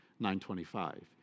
925